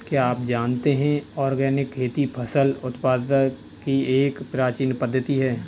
क्या आप जानते है ऑर्गेनिक खेती फसल उत्पादन की एक प्राचीन पद्धति है?